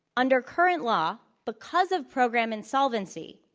under current law, because of program insolvency,